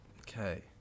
Okay